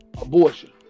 abortion